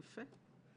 יפה.